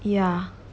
ya